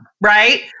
right